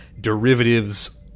derivatives